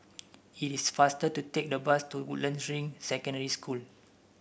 it is faster to take the bus to Woodlands Ring Secondary School